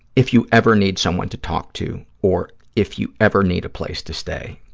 if you ever need someone to talk to, or if you ever need a place to stay.